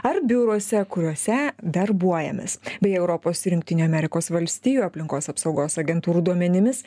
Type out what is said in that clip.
ar biuruose kuriuose darbuojamės beje europos ir jungtinių amerikos valstijų aplinkos apsaugos agentūrų duomenimis